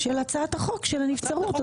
של הצעת החוק של הנבצרות.